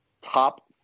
top